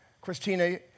Christina